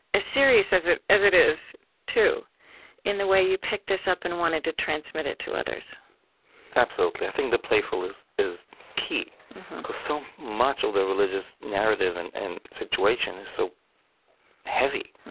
as serious as it as it is too in the way you picked this up and wanted to transmit it to others absolutely. i think the playful is is key, because so much of the religious narrative and and situation is so heavy.